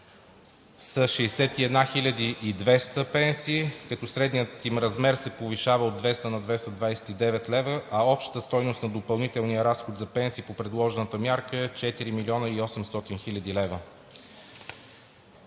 са 61 200 пенсии, като средният им размер се повишава от 200 на 229 лв., а общата стойност на допълнителния разход за пенсии по предложената мярка е 4 млн. 800 хил. лв.